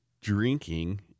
drinking